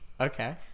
Okay